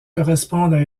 correspondent